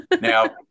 Now